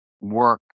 work